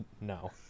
no